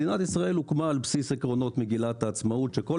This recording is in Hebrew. מדינת ישראל הוקמה על בסיס עקרונות מגילת העצמאות וכל